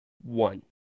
one